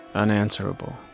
unanswerable.